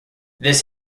this